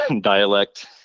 dialect